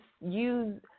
use